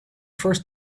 first